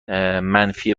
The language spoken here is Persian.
منفی